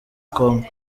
congo